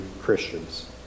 Christians